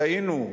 טעינו?